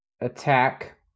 attack